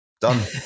Done